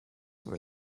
were